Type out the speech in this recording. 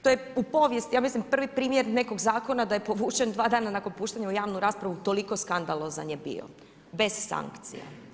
To je u povijesti ja mislim prvi primjer nekog zakona da je povučen dva dana nakon puštanja u javnu raspravu toliko skandalozan je bio bez sankcija.